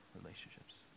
relationships